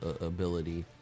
ability